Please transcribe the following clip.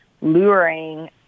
luring